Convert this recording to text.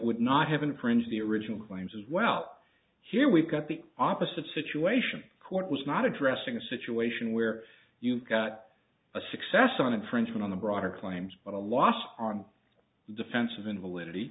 would not have encouraged the original claims as well here we've got the opposite situation court was not addressing a situation where you've got a success on infringement on the broader claims but a lost on the defense of invalidity